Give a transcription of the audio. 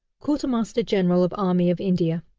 quartermaster-general of army of india.